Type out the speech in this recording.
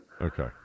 Okay